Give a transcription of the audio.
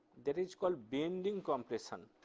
that is called bending compression,